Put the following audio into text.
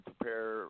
prepare